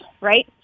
Right